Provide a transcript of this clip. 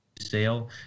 sale